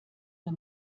nur